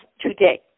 today